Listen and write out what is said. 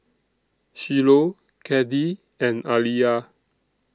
Shiloh Caddie and Aliya